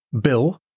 Bill